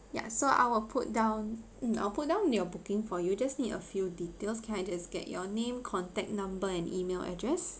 ya so I'll put down mm I'll put down in your booking for you just need a few details can I just get your name contact number and email address